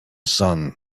sun